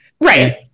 Right